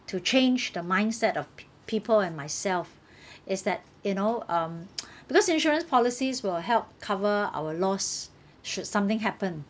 to change the mindset of p~ people and myself is that you know um because insurance policies will help cover our loss should something happen